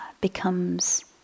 becomes